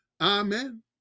Amen